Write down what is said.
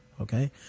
okay